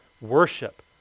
worship